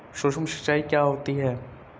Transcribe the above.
सुक्ष्म सिंचाई क्या होती है?